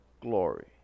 glory